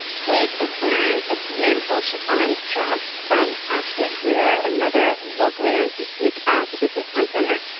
page is wearing a beautiful chiffon dress from ashley greer, another locally owned boutique at the beaches town center.